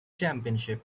championship